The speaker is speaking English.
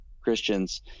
christians